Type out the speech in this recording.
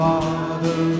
Father